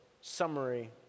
summary